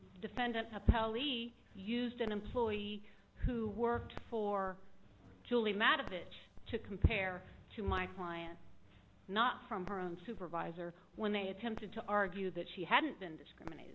defendant appellee used an employee who worked for julie matt a bitch to compare to my client not from her own supervisor when they attempted to argue that she hadn't been discriminated